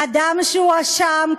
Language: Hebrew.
אדם שהואשם,